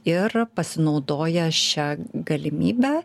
ir pasinaudoję šia galimybe